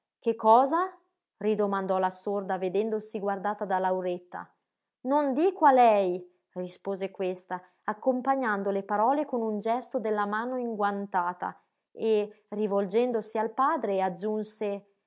che cosa ridomandò la sorda vedendosi guardata da lauretta non dico a lei rispose questa accompagnando le parole con un gesto della mano inguantata e rivolgendosi al padre aggiunse